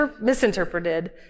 misinterpreted